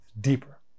Deeper